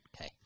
Okay